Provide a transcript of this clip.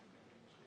כן.